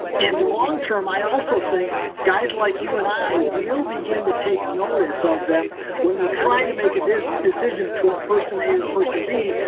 and long-term, i also think guys like you and i will begin to take notice of them when we're trying to make a decision between person a and person b,